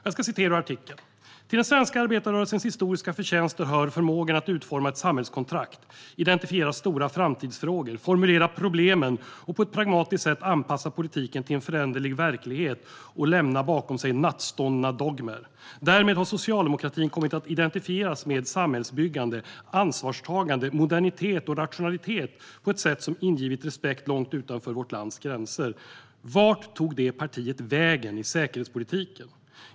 Jag citerar ur artikeln: "Till den svenska arbetarrörelsens historiska förtjänster hör förmågan att utforma ett samhällskontrakt, identifiera stora framtidsfrågor, formulera problemen och på ett pragmatiskt sätt anpassa politiken till en föränderlig verklighet och lämna bakom sig nattståndna dogmer. Därmed har socialdemokratin kommit att identifieras med samhällsbyggande, ansvarstagande, modernitet och rationalitet på ett sätt som ingivit respekt långt utanför vårt lands gränser. Vart tog det partiet vägen i säkerhetspolitiken?